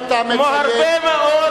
אני מבקש ממך,